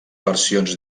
versions